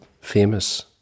famous